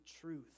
truth